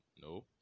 No